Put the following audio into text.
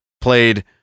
played